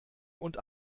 und